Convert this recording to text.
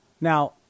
now